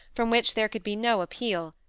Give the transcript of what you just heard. from which there could be no appeal,